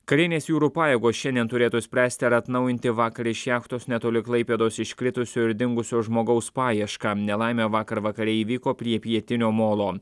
karinės jūrų pajėgos šiandien turėtų spręsti ar atnaujinti vakar iš jachtos netoli klaipėdos iškritusio ir dingusio žmogaus paiešką nelaimė vakar vakare įvyko prie pietinio molo